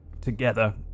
together